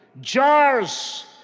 jars